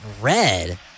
red